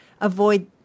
avoid